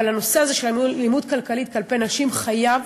אבל הנושא הזה של אלימות כלכלית כלפי נשים חייב,